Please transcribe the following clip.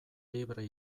libre